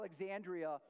Alexandria